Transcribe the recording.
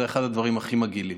זה אחד הדברים הכי מגעילים.